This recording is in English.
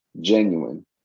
genuine